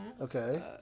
Okay